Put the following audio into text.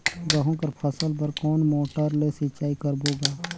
गहूं कर फसल बर कोन मोटर ले सिंचाई करबो गा?